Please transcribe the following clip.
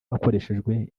hakoreshejwe